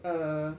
err